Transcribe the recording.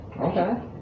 Okay